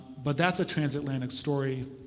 but that's a trans-atlantic story.